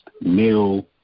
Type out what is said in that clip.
male